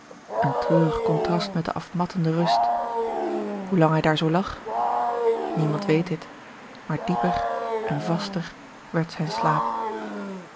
een treurig contrast met de afmattende rust hoelang hij daar zoo lag niemand weet dit maar dieper en vaster werd zijn slaap